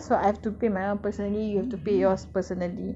so I have to pay my own personally you have to pay yours personally ya lah it's like that lah